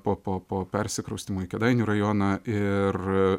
po po persikraustymo į kėdainių rajoną ir